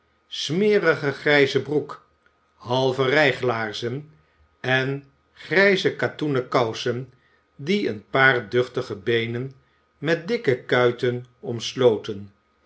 smerige grijze broek halve rijglaarzen en grijze katoenen kousen die een paar duchtige beenen met dikke kuiten omsloten